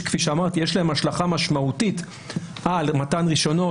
שכפי שאמרתי יש להם השלכה משמעותית על מתן רישיונות,